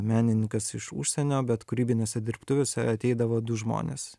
menininkas iš užsienio bet kūrybinėse dirbtuvėse ateidavo du žmonės